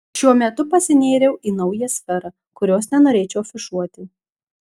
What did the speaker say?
šiuo metu pasinėriau į naują sferą kurios nenorėčiau afišuoti